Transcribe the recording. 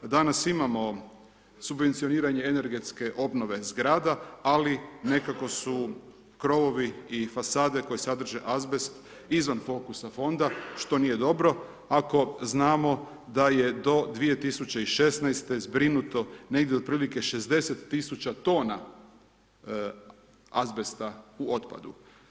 Danas imamo subvencioniranje energetske obnove zgrada, ali nekako su krovovi i fasade koje sadrže azbest iznad fokusa Fonda, što nije dobro, ako znamo da je to 2016. zbrinuto negdje od prilike 60 tisuća tona azbesta u otpadu.